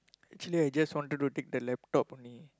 actually I just want to go take the laptop only